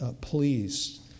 pleased